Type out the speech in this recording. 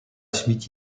suite